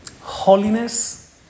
Holiness